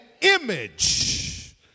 image